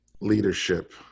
leadership